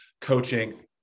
coaching